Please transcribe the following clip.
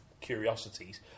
Curiosities